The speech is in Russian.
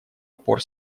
опор